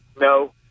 No